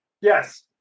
Yes